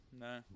No